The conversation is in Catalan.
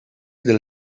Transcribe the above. del